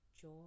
joy